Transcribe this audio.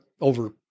over